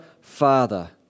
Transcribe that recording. Father